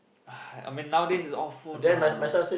ah I mean nowadays is all phone lah